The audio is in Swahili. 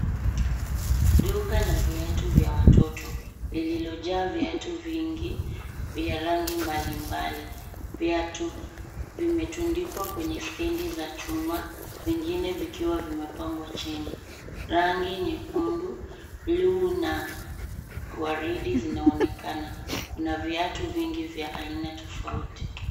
Duka la viatu vya watoto lililojaa viatu vingi vya rangi mbalimbali. Viatu vimetundikwa kwenye stendi za chuma vingine vikiwa vimepangwa chini. Rangi nyekundu, bluu na waridi zinaonekana. Kuna viatu vingi vya aina tofauti.